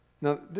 Now